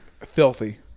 Filthy